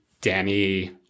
Danny